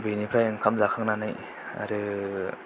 बेनिफ्राय ओंखाम जाखांनानै आरो